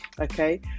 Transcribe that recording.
Okay